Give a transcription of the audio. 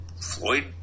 Floyd